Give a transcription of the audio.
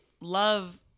love